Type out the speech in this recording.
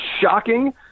shocking